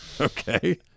Okay